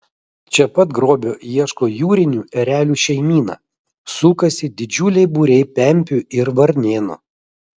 čia pat grobio ieško jūrinių erelių šeimyna sukasi didžiuliai būriai pempių ir varnėnų